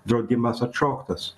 draudimas atšauktas